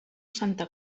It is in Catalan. santa